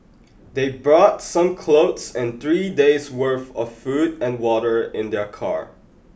they brought some clothes and three days' worth of food and water in their car